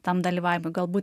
tam dalyvavimui galbū